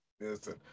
Listen